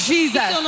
Jesus